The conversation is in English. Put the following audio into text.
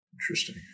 Interesting